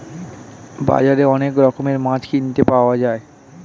বাজারে অনেক রকমের মাছ কিনতে পাওয়া যায়